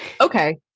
Okay